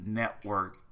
network